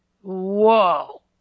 Whoa